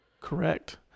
Correct